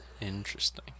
Interesting